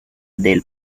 del